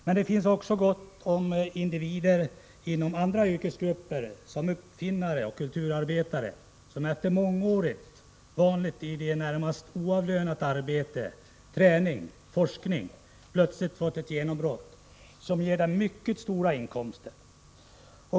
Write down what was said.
Men det finns också gott om individer inom andra yrkesgrupper, såsom uppfinnare och kulturarbetare, som efter mångårigt vanligtvis närmast oavlönat arbete, träning eller forskning plötsligt har fått ett genombrott, som ger dem mycket stora inkomster.